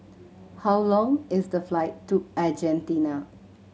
how long is the flight to Argentina